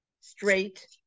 straight